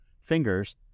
Fingers